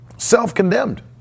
Self-condemned